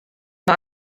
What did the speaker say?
mae